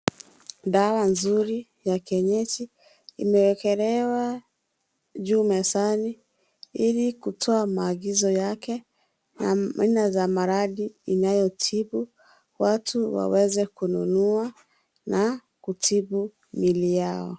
Dawa nzuri ya kienyeji imewekelewa juu mezani ili kutoa maagizo yake na aina za maradhi inayotibu watu waweze kununua na kutibu mwili Yao.